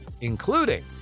including